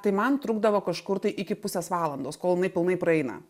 tai man trukdavo kažkur tai iki pusės valandos kol jinai pilnai praeina